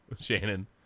Shannon